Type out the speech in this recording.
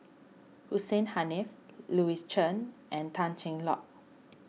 Hussein Haniff Louis Chen and Tan Cheng Lock